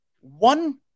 one